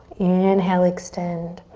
inhale, extend.